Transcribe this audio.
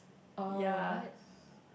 oh what